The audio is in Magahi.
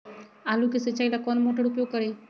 आलू के सिंचाई ला कौन मोटर उपयोग करी?